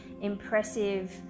impressive